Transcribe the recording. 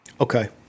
Okay